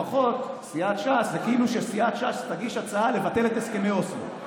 זה כאילו שסיעת ש"ס תגיש הצעה לבטל את הסכמי אוסלו,